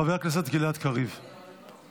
חבר הכנסת גלעד קריב -- מוותר.